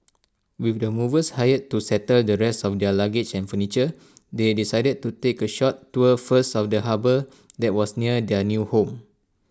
with the movers hired to settle the rest of their luggage and furniture they decided to take A short tour first of the harbour that was near their new home